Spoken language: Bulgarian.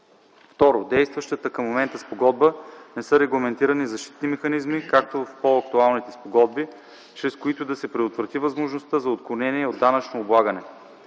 Второ, в действащата към момента спогодба не са регламентирани защитни механизми, както в по-актуалните спогодби, чрез които да се предотврати възможността за отклонение от данъчното облагане.